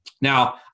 Now